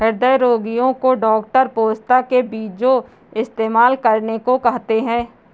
हृदय रोगीयो को डॉक्टर पोस्ता के बीजो इस्तेमाल करने को कहते है